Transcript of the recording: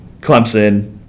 Clemson